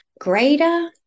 greater